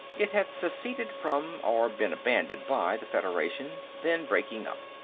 it had seceded from or been abandoned by the federation, then breaking up.